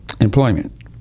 employment